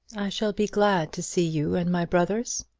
shall be glad to see you and my brothers.